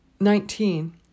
Nineteen